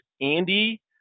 Andy